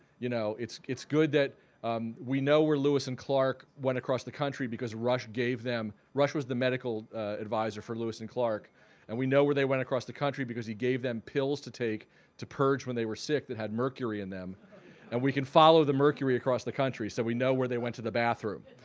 you know. it's it's good that um we know where lewis and clark went across the country because rush gave them rush was the medical adviser for lewis and clark and we know where they went across the country because he gave them pills to take to purge when they were sick that had mercury in them and we can follow the mercury across the country so we know where they went to the bathroom.